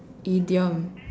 idiom